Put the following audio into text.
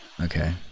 okay